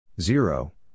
Zero